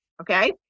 Okay